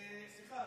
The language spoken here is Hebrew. סליחה,